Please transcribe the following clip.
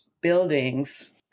buildings